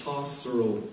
Pastoral